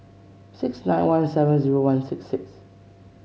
six nine one seven zero one six six